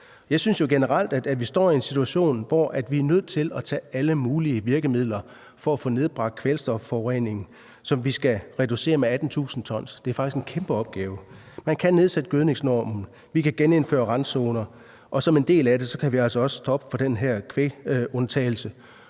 Jeg synes jo generelt, at vi står i en situation, hvor vi er nødt til at tage alle mulige virkemidler i brug for at få nedbragt kvælstofforureningen, som vi skal reducere med 18.000 t. Det er faktisk en kæmpe opgave. Man kan nedsætte gødningsnormen. Vi kan genindføre randzoner. Og som en del af det kan vi altså også stoppe den her kvægundtagelse,